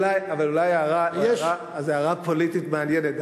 יש, אז אולי הערה פוליטית מעניינת.